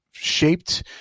shaped